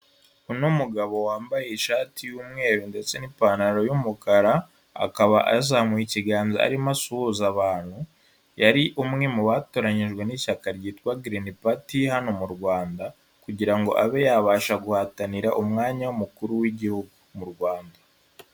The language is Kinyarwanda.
Uno mugabo wambaye ishati y'umweru ndetse n'ipantaro y'umukara, akaba yazamuye ikiganza arimo asuhuza abantu. Yari umwe mu batoranyijwe n'ishyaka ryitwa green party hano mu Rwanda, kugira ngo abe yabasha guhatanira umwanya w'umukuru w'igihugu mu Rwanda.